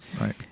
Right